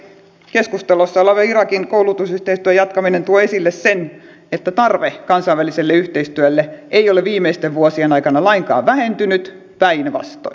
keskustelussa oleva irakin koulutusyhteistyön jatkaminen tuo esille sen että tarve kansainväliselle yhteistyölle ei ole viimeisten vuosien aikana lainkaan vähentynyt päinvastoin